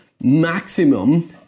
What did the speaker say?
maximum